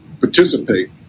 participate